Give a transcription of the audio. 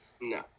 No